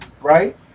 right